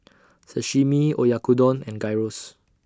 Sashimi Oyakodon and Gyros